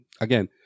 again